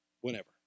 whenever